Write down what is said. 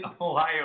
Ohio